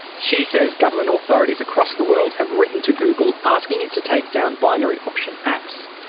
she says government authorities across the world have written to google asking it to take down binary option apps.